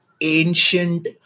ancient